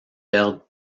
perdent